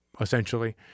essentially